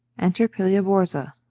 enter pilia-borza.